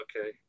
Okay